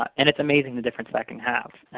and it's amazing the difference that can have.